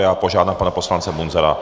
Já požádám pana poslance Munzara.